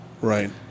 Right